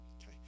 Okay